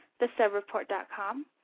thesubreport.com